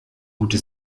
gute